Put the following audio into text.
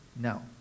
No